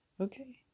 Okay